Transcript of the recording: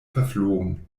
verflogen